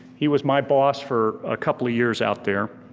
he was my boss for a couple of years out there.